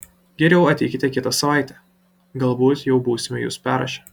geriau ateikite kitą savaitę galbūt jau būsime jus perrašę